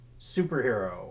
superhero